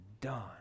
done